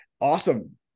awesome